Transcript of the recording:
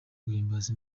guhimbaza